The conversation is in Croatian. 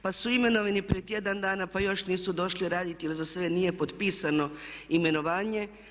Pa su imenovani pred tjedan dana pa još nisu došli raditi jer za sve nije potpisano imenovanje.